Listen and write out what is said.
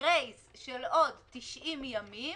גרייס של עוד 90 ימים